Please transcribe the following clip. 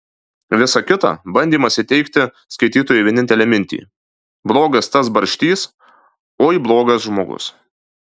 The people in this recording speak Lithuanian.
visa kita bandymas įteigti skaitytojui vienintelę mintį blogas tas barštys oi blogas žmogus